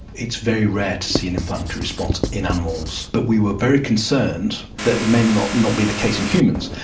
it's very rare to see an inflammatory response in animals but we were very concerned that that may not not be the case in humans.